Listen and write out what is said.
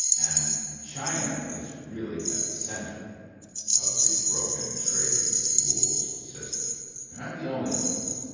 and china is really at the center of the broken trading rules system. they're not the only ones.